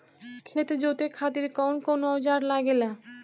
खेत जोते खातीर कउन कउन औजार लागेला?